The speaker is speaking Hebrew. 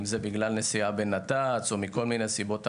אם זה בגלל נסיעה בנת"צ או מסיבות אחרות.